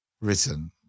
written